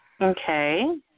Okay